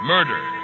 Murder